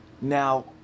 ...now